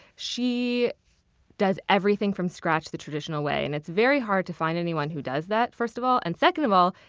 she does everything from scratch, the traditional way. and it's very hard to find anyone who does that, first of all. and second of all,